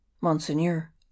monseigneur